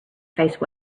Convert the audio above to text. face